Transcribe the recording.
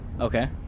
Okay